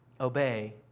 obey